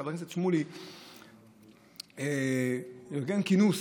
חבר הכנסת שמולי ארגן כינוס